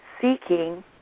seeking